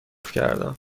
کردم